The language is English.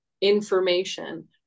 information